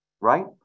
right